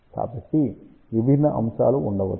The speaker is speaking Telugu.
కాబట్టి విభిన్న అంశాలు ఉండవచ్చు